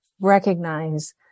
recognize